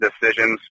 decisions